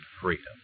freedom